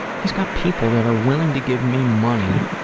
he's got people that are willing to give me money,